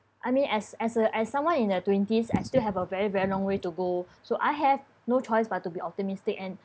I mean as as uh as someone in their twenties I still have a very very long way to go so I have no choice but to be optimistic and